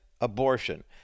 abortion